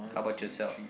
how about yourself